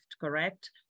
Correct